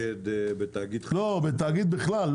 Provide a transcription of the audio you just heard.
בתאגיד בכלל.